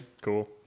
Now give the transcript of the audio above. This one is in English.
Cool